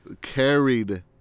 carried